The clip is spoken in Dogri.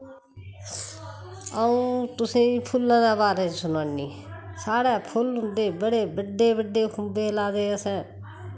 आऊं तुसें फुल्लें दे बारे सनानी साढ़ै फुल्ल होंदे बड़े बड्डे बड्डे खुम्बे लादे असें